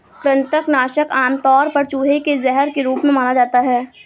कृंतक नाशक आमतौर पर चूहे के जहर के रूप में जाना जाता है